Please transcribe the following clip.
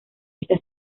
esta